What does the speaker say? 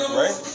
right